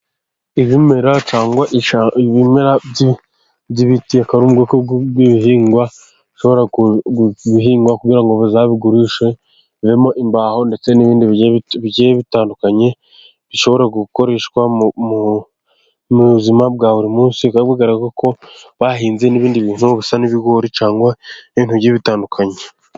Ibimera cyangwa ibimera by'ibiti, bikaba ari ubwoko bw'ibihingwa bushobora guhingwa, kugira ngo bazabigurishe bivemo imbaho ndetse n'ibindi bitandukanye, bishobora gukoreshwa mu buzima bwa buri munsi, bikaba bigaragara ko bahinze n'ibindi bintu bisa n'ibigori cyangwa ibintu bigiye bitandukanye.